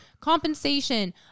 compensation